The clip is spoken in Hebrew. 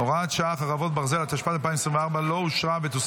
(הוראת שעה, חרבות ברזל), התשפ"ד 2024, לא נתקבלה.